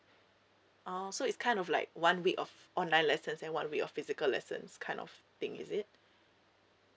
oh so it's kind of like one week of online lessons and one week of physical lessons kind of thing is it